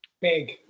Big